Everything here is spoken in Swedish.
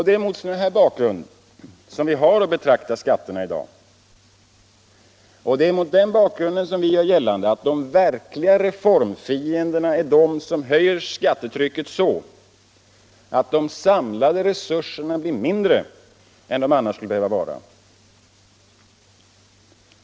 Det är mot den bakgrunden man har att betrakta skatterna i dag, och det är mot den bakgrunden som vi gör gällande att de verkliga reformfienderna är de som höjer skattetrycket så att de samlade resurserna blir mindre än de annars skulle behöva vara.